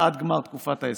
עד גמר תקופת ההסגר.